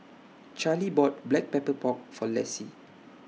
Charley bought Black Pepper Pork For Lessie